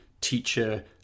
teacher